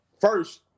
first